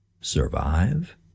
survive